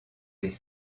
des